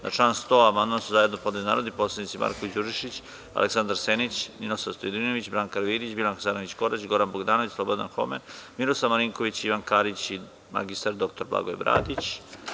Na član 100. amandman su zajedno podneli narodni poslanici Marko Đurišić, Aleksandar Senić, akademik Ninoslav Stojadinović, Branka Karavidić, Biljana Hasanović Korać, Goran Bogdanović, Slobodan Homen, Miroslav Marinković, Ivan Karić i mr dr Blagoje Bradić.